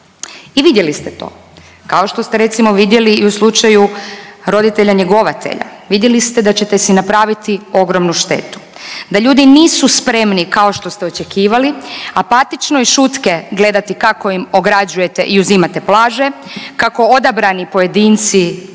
I vidjeli to, kao što ste recimo vidjeli i u slučaju roditelja njegovatelja. Vidjeli ste da ćete si napraviti ogromnu štetu, da ljudi nisu spremni kao što ste očekivali apatično i šutke gledati kako im ograđujete i uzimate plaže, kako odabrani pojedinci